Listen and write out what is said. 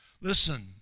Listen